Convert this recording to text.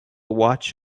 watch